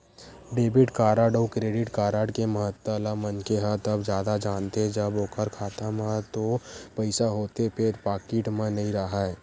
debit card अउ credit card के महत्ता ल मनखे ह तब जादा जानथे जब ओखर खाता म तो पइसा होथे फेर पाकिट म नइ राहय